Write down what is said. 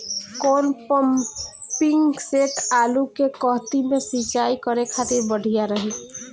कौन pumping set आलू के कहती मे सिचाई करे खातिर बढ़िया रही?